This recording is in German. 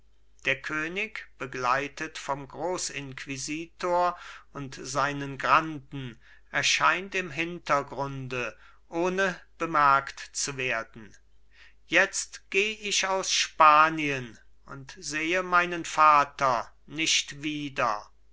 der könig begleitet vom großinquisitor und seinen granden erscheint im hintergrunde ohne bemerkt zu werden jetzt geh ich aus spanien und sehe meinen vater nicht wieder